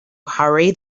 hurry